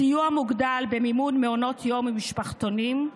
סיוע מוגדל במימון מעונות יום ומשפחתונים,